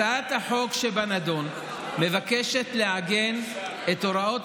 הצעת החוק שבנדון מבקשת לעגן את הוראות